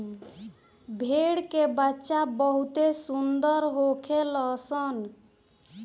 भेड़ के बच्चा बहुते सुंदर होखेल सन